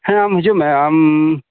ᱦᱮᱸ ᱟᱢ ᱦᱤᱡᱩᱜ ᱢᱮ ᱟᱢ